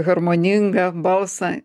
harmoningą balsą